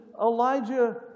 Elijah